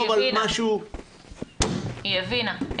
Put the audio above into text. בסדר, היא הבינה.